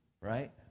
right